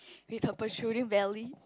with her protruding belly